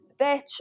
bitch